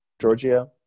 georgia